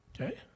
Okay